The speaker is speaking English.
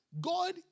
God